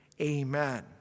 Amen